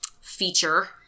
feature